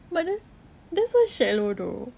but that's that's so shallow though